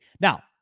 Now